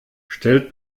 stellt